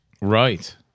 Right